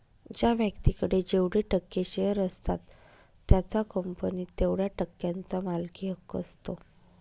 ज्या व्यक्तीकडे जेवढे टक्के शेअर असतात त्याचा कंपनीत तेवढया टक्क्यांचा मालकी हक्क असतो